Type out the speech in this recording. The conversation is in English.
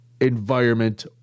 environment